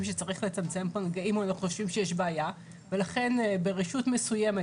שצריך לצמצם מגעים או אנחנו חושבים שיש בעיה ולכן ברשות מסוימת,